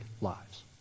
lives